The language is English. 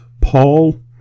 Paul